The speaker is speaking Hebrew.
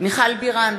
מיכל בירן,